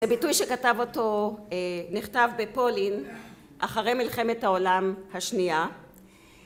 זה ביטוי שכתב אותו, נכתב בפולין אחרי מלחמת העולם השנייה